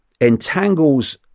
entangles